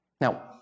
Now